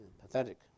pathetic